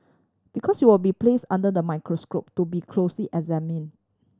because you will be place under the microscope to be closely examine